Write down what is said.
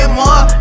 more